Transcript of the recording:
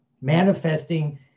manifesting